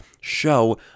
show